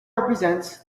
represents